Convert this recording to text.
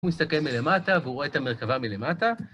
הוא מסתכל מלמטה והוא רואה את המרכבה מלמטה.